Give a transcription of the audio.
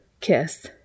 kiss